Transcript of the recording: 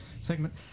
segment